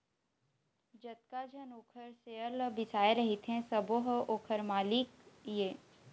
जतका झन ओखर सेयर ल बिसाए रहिथे सबो ह ओखर मालिक ये